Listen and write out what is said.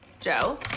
Joe